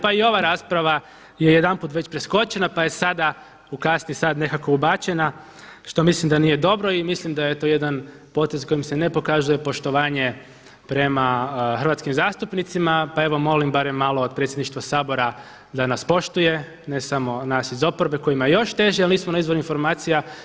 Pa i ova rasprava je jedanput već preskočena pa je sada u kasni sat nekako ubačena što mislim da nije dobro i mislim da je to jedan potez kojim se ne pokazuje poštovanje prema hrvatskim zastupnicima pa evo molim barem malo od predsjedništva Sabora da nas poštuje ne samo nas iz oporbe kojima je još teže jer nismo na izvoru informacija